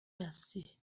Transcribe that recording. هستی